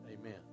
Amen